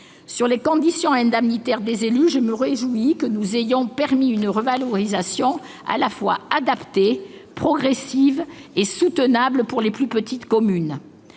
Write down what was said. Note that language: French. les conditions indemnitaires des élus, je me réjouis que nous ayons permis une revalorisation à la fois adaptée, progressive et soutenable pour les plus petites communes.